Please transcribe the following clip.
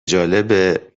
جالب